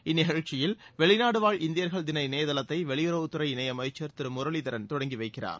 இந்நிகழ்ச்சியில் வெளிநாடுவாழ் இந்தியர்கள் தின இணையதளத்தைவெளியுறவுத்துறை இணையமைச்சர் திருமுரளிதரன் தொடங்கிவைக்கிறார்